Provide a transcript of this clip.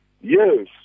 Yes